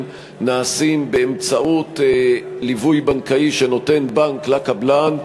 נעשים באמצעות ליווי בנקאי שנותן בנק לקבלן.